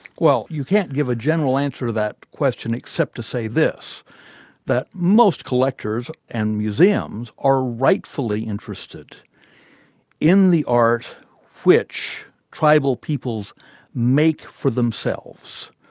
well you can't give a general answer to that question except to say this that most collectors and museums are rightfully interested in the art which tribal peoples make for themselves.